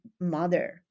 mother